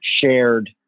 shared